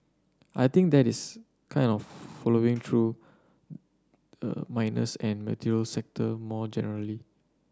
I think that is kind of flowing through miners and the materials sector more generally